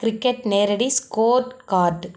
cricket நேரடி score card